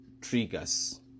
triggers